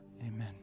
Amen